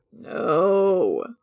No